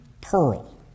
pearl